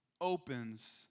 opens